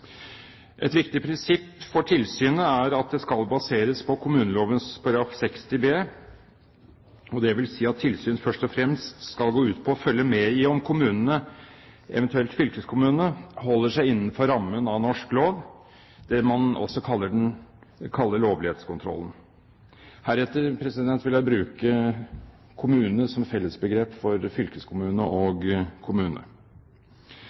Et viktig prinsipp for tilsynet er at det skal baseres på kommuneloven § 60b, dvs. at tilsyn først og fremst skal gå ut på å følge med i om kommunene, eventuelt fylkeskommunene, holder seg innenfor rammen av norsk lov, det man også kaller lovlighetskontrollen. Heretter vil jeg bruke kommune som fellesbegrep for fylkeskommune og kommune.